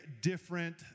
different